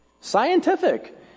scientific